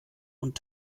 und